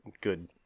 good